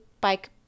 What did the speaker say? bike